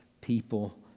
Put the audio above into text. people